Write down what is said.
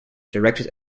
directed